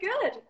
good